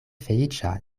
feliĉa